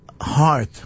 heart